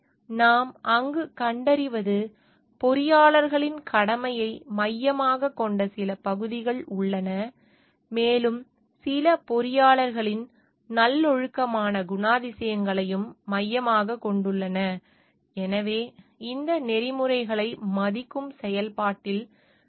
எனவே நாம் அங்கு கண்டறிவது பொறியாளர்களின் கடமையை மையமாகக் கொண்ட சில பகுதிகள் உள்ளன மேலும் சில பொறியாளர்களின் நல்லொழுக்கமான குணாதிசயங்களையும் மையமாகக் கொண்டுள்ளன எனவே இந்த நெறிமுறைகளை மதிக்கும் செயல்பாட்டில்